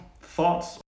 thoughts